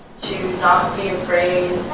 to not be afraid